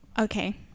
Okay